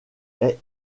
est